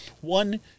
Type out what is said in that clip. One